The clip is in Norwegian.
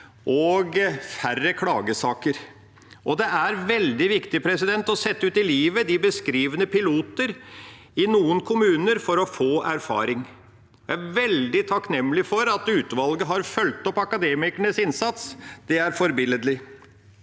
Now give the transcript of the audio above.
og færre klagesaker. Det er veldig viktig å sette de beskrevne piloter ut i livet i noen kommuner for å få erfaring. Jeg er veldig takknemlig for at utvalget har fulgt opp Akademikernes innsats. Det er forbilledlig.